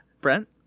Brent